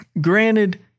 granted